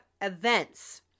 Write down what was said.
events